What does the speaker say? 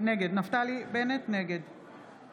נפתלי בנט, נגד